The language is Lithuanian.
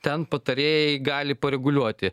ten patarėjai gali pareguliuoti